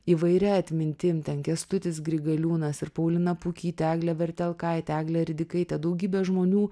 įvairia atmintim kęstutis grigaliūnas ir paulina pukytė eglė vertelkaitė eglė ridikaitė daugybė žmonių